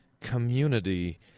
community